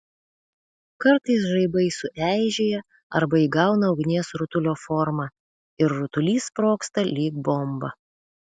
kartais žaibai sueižėja arba įgauna ugnies rutulio formą ir rutulys sprogsta lyg bomba